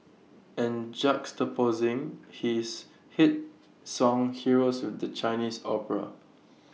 and juxtaposing his hit song heroes with the Chinese opera